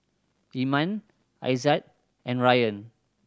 Iman Aizat and Ryan